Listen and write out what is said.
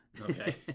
Okay